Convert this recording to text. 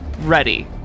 ready